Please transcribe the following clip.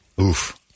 Oof